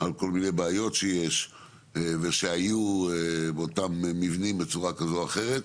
על כל מיני בעיות שיש ושהיו באותם מבנים בצורה כזו או אחרת.